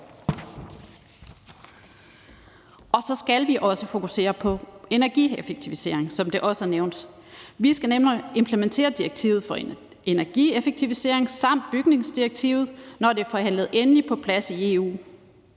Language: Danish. om. Så skal vi også fokusere på energieffektivisering, som det også er nævnt. Vi skal nemlig implementere direktivet for energieffektivisering samt bygningsdirektivet, når det er forhandlet endeligt på plads i EU.